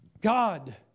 God